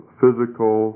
physical